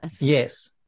yes